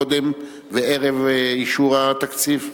קודם וערב אישור התקציב.